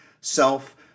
self